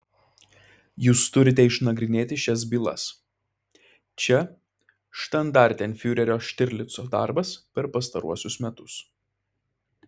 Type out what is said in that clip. jūs turite išnagrinėti šias bylas čia štandartenfiurerio štirlico darbas per pastaruosius metus